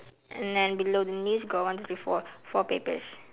and then below the news got one with four four papers